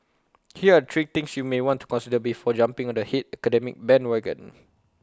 here are three things you may want to consider before jumping on the hate academic bandwagon